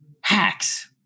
hacks